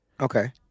Okay